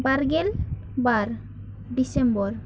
ᱵᱟᱨ ᱜᱮᱞ ᱵᱟᱨ ᱰᱤᱥᱮᱢᱵᱚᱨ